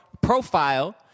profile